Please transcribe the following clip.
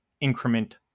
increment